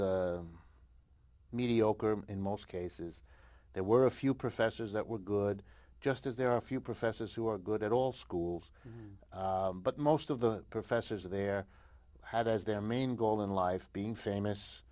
was mediocre in most cases there were a few professors that were good just as there are a few professors who were good at all schools but most of the professors there had as their main goal in life being famous